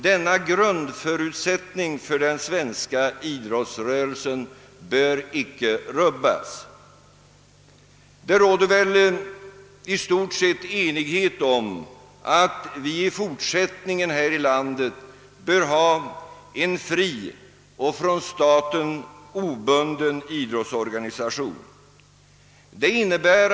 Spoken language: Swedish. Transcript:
Denna grundförutsättning för den svenska idrottsrörelsen bör icke rubbas.» Det råder väl i stort sett enighet om att vi i fortsättningen bör ha en fri och från staten obunden idrottsorganisation här i landet.